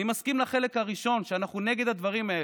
אני מסכים לחלק הראשון, שאנחנו נגד הדברים האלה,